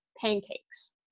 pancakes